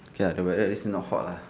K the weather is not hot lah